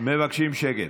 מבקשים שקט.